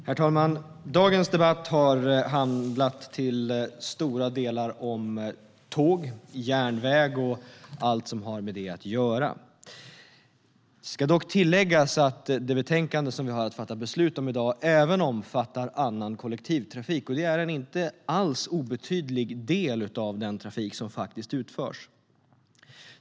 Herr talman! Dagens debatt har till stora delar handlat om tåg, järnväg och allt som har med det att göra. Det ska dock tilläggas att det betänkande vi har att fatta beslut om även omfattar annan kollektivtrafik. Det är en alls inte obetydligt del av den trafik som utförs.